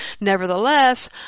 Nevertheless